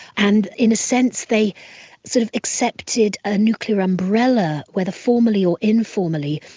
and in a sense they sort of accepted a nuclear umbrella whether formally or informally,